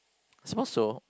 suppose so